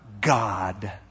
God